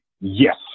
Yes